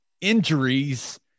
injuries